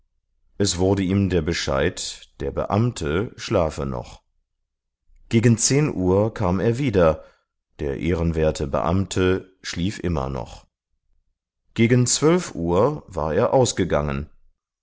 es wurde ihm der bescheid der beamte schlafe noch gegen zehn uhr kam er wieder der ehrenwerte beamte schlief immer noch gegen zwölf uhr war er ausgegangen